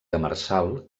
demersal